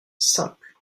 simple